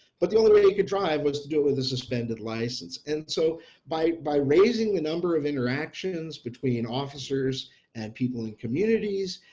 but the only way you could drive was to deal with a suspended license and so by by raising the number of interactions between officers and people in communities,